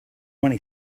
money